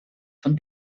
von